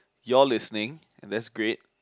you're listening and that's great